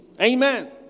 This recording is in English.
Amen